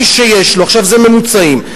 אלה ממוצעים.